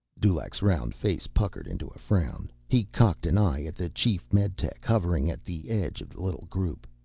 dulaq's round face puckered into a frown. he cocked an eye at the chief meditech, hovering at the edge of the little group.